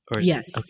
Yes